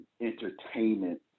entertainment